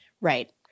Right